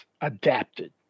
adapted